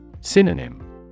synonym